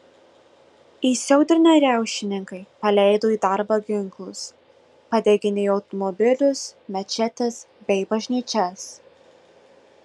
įsiaudrinę riaušininkai paleido į darbą ginklus padeginėjo automobilius mečetes bei bažnyčias